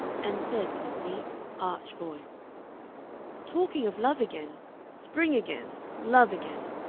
and said, in a deep, arch voice talking of love again spring again, love again.